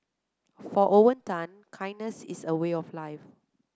for Owen Tan kindness is a way of life